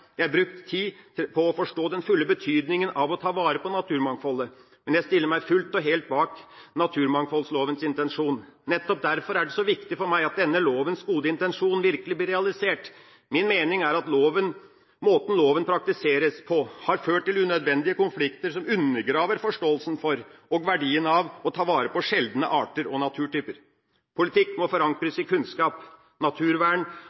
jeg brukt tid på å forstå den fulle betydningen av å ta vare på naturmangfoldet, men jeg stiller meg fullt og helt bak naturmangfoldlovens intensjon. Nettopp derfor er det så viktig for meg at denne lovens gode intensjon virkelig blir realisert. Min mening er at måten loven praktiseres på har ført til unødvendige konflikter som undergraver forståelsen for, og verdien av, å ta vare på sjeldne arter og naturtyper. Politikk må forankres i kunnskap. Naturvern